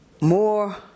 more